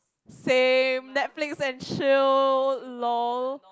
same Netflix and chill lol